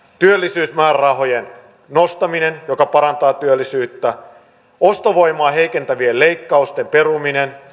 työllisyysmäärärahojen nostaminen joka parantaa työllisyyttä ostovoimaa heikentävien leikkausten peruminen